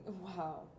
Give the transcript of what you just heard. Wow